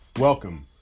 Welcome